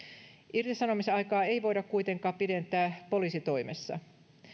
irtisanomisaikaa ei voida kuitenkaan pidentää poliisitoimessa